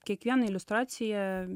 kiekviena iliustracija